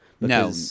No